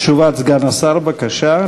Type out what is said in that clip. תשובת סגן השר, בבקשה.